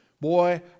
Boy